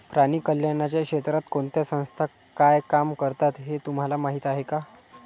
प्राणी कल्याणाच्या क्षेत्रात कोणत्या संस्था काय काम करतात हे तुम्हाला माहीत आहे का?